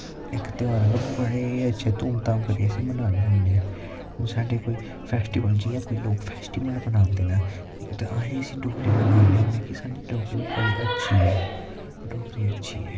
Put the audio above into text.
इक ध्यौह्र आंह्गर बड़े अच्चे धूम धाम करियै अस बनाने होने आं साढ़े कोई फैसटिबल जियां कोई लोक फैसटीवल बनांदे नै के अस इसी डोगरी गी बनाने होने कि साढ़ी डोगरी बड़ी अच्छी ऐ डोगरी अच्छी ऐ